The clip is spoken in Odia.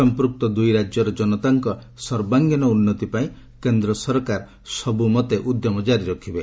ସମ୍ପୃକ୍ତ ଦୁଇ ରାଜ୍ୟର ଜନତାଙ୍କ ସର୍ବାଙ୍ଗୀନ ଉନ୍ନତି ପାଇଁ କେନ୍ଦ୍ର ସରକାର ସବୁମତେ ଉଦ୍ୟମ ଜାରି ରଖିବେ